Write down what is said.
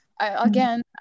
again